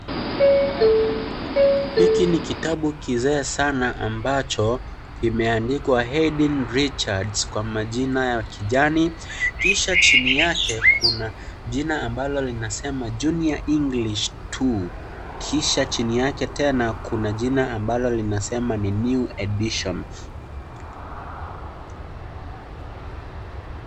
Hiki ni kitabu kizee sana ambacho kimeandikwa Haydn Richards kwa majina ya kijani, kisha chini yake kuna jina ambalo linasema Junior English two , kisha chini yake tena kuna jina ambalo linasema ni New Edition .